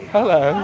Hello